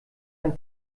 ein